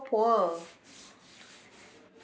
poor